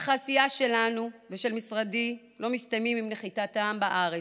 אך העשייה שלנו ושל משרדי לא מסתיימת עם נחיתתם בארץ.